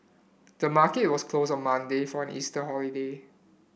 the market was closed on Monday for an Easter holiday